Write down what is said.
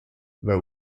were